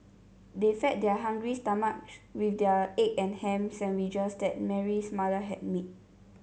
they fed their hungry stomachs with the egg and ham sandwiches that Mary's mother had made